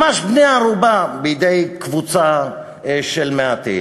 ממש בני-ערובה, בידי קבוצה של מעטים.